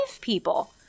people